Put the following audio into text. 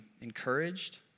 encouraged